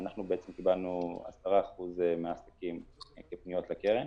אנחנו קיבלנו 10% מהעסקים כפניות לקרן